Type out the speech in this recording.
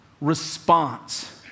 response